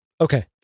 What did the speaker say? Okay